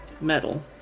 metal